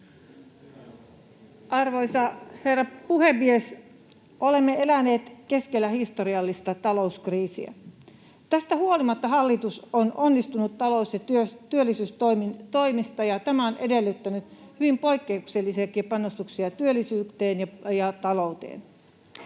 Arvoisa herra puhemies! Olemme eläneet keskellä historiallista talouskriisiä. Tästä huolimatta hallitus on onnistunut talous‑ ja työllisyystoimissaan, ja tämä on edellyttänyt hyvin poikkeuksellisiakin panostuksia työllisyyteen ja talouteen.